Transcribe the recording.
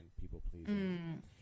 people-pleasing